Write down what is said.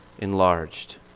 enlarged